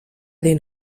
den